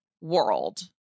world